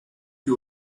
you